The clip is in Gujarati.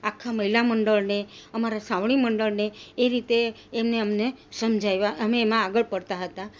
આખા મહિલા મંડળને અમારા સાવણી મંડળને એ રીતે એમણે અમને સમજાવ્યા અમે એમાં આગળ પડતા હતા